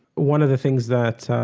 one of the things that,